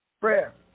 Prayer